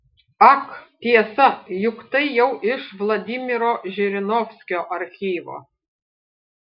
ak tiesa juk tai jau iš vladimiro žirinovskio archyvo